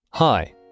Hi